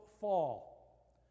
fall